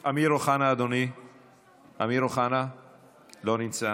אמיר אוחנה, לא נמצא,